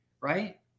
right